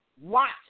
watch